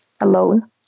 alone